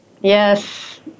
Yes